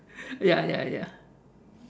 ya ya ya